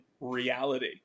reality